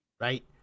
right